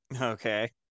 Okay